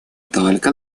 только